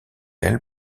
elle